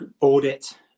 audit